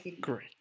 Great